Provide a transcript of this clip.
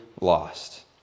lost